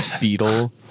beetle